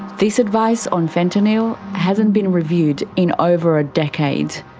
this advice on fentanyl hasn't been reviewed in over a decade.